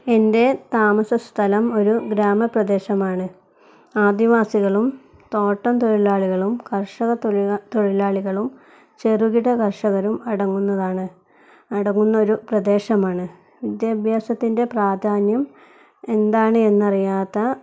എൻ്റെ താമസ സ്ഥലം ഒരു ഗ്രാമപ്രദേശമാണ് ആദിവാസികളും തോട്ടം തൊഴിലാളികളും കർഷകത്തൊഴിൽ തൊഴിലാളികളും ചെറുകിട കർഷകരും അടങ്ങുന്നതാണ് അടങ്ങുന്ന ഒരു പ്രദേശമാണ് വിദ്യാഭ്യാസത്തിൻ്റെ പ്രാധാന്യം എന്താണ് എന്നറിയാത്ത